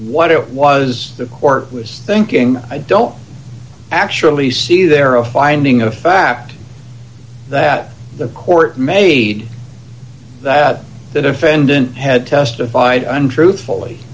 what it was the court was thinking i don't actually see there a finding of fact that the court made that the defendant had testified under oath fully